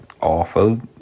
awful